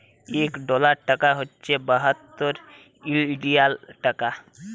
ইক ডলার টাকা হছে বাহাত্তর ইলডিয়াল টাকা